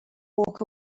walk